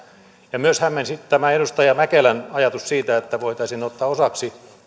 myös hämmensi tämä edustaja mäkelän ajatus siitä että voitaisiin ottaa osaksi